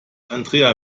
andrea